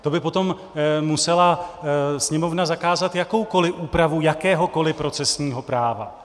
To by potom musela Sněmovna zakázat jakoukoliv úpravu jakéhokoliv procesního práva.